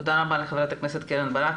תודה רבה לח"כ קרן ברק,